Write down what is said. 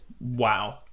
Wow